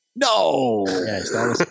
No